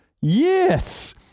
Yes